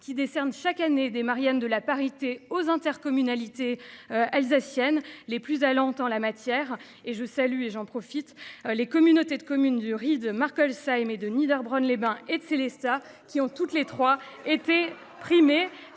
qui décerne chaque année des Marianne de la parité aux intercommunalités alsacienne les plus allantes en la matière et je salue et j'en profite. Les communautés de communes du riz de Marckolsheim et de Niederbronn les Bains et de Sélestat qui ont toutes les 3 été primé.